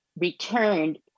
returned